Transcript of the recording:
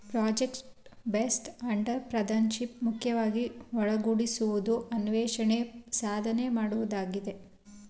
project based entrepreneurship ಮುಖ್ಯವಾಗಿ ಒಗ್ಗೂಡಿಸುವುದು, ಅನ್ವೇಷಣೆ, ಸಾಧನೆ ಮಾಡುವುದಾಗಿದೆ